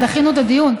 דחינו את הדיון.